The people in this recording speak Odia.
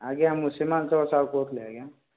ଆଜ୍ଞା ମୁଁ ସିମାଞ୍ଚଳ ସାହୁ କହୁଥିଲି ଆଜ୍ଞା